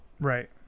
Right